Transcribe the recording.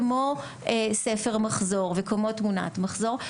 כמו ספר מחזור וכמו תמונת מחזור,